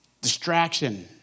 Distraction